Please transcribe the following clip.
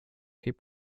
hip